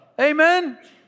Amen